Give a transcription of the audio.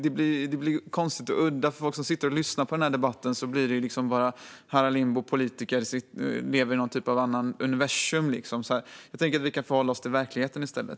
Det låter konstigt och udda för de som lyssnar på den här debatten när det sägs att limbopolitiker lever i en annan typ av universum. Jag tycker att vi ska förhålla oss till verkligheten i stället.